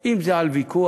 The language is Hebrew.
אם זה על ויכוח,